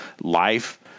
life